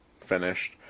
finished